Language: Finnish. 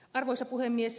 arvoisa puhemies